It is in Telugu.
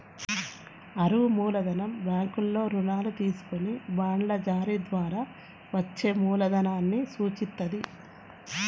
అరువు మూలధనం బ్యాంకుల్లో రుణాలు తీసుకొని బాండ్ల జారీ ద్వారా వచ్చే మూలధనాన్ని సూచిత్తది